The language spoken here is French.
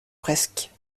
presque